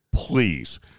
please